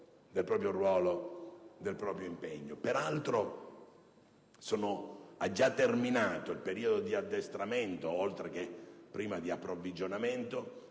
Peraltro, ha già terminato il periodo di addestramento (oltre che - prima - di approvvigionamento)